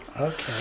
Okay